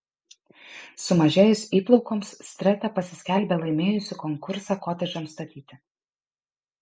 sumažėjus įplaukoms streta pasiskelbė laimėjusi konkursą kotedžams statyti